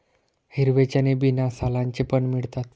हिरवे चणे बिना सालांचे पण मिळतात